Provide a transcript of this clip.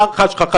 מה ההערכה שלך?